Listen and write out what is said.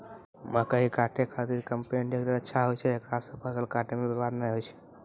मकई काटै के खातिर कम्पेन टेकटर अच्छा होय छै ऐकरा से फसल काटै मे बरवाद नैय होय छै?